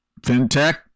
FinTech